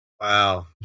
Wow